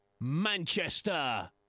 Manchester